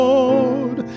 Lord